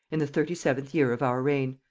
in the thirty seventh year of our reign.